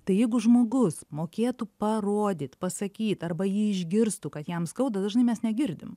tai jeigu žmogus mokėtų parodyt pasakyt arba jį išgirstų kad jam skauda dažnai mes negirdim